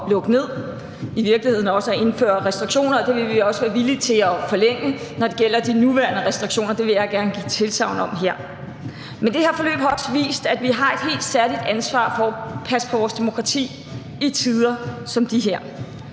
lukke ned i virkeligheden og også at indføre restriktioner, og det vil vi også være villige til at forlænge, når det gælder de nuværende restriktioner. Det vil jeg gerne give tilsagn om her. Men det her forløb har også vist, at vi har et helt særligt ansvar for at passe på vores demokrati i tider som de her.